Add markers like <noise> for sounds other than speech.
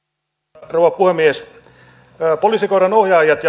arvoisa rouva puhemies poliisikoiranohjaajat <unintelligible>